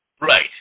Right